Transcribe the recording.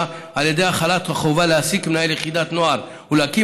על ידי החלת החובה להעסיק מנהל יחידת נוער ולהקים